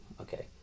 okay